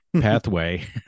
pathway